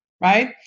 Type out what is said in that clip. right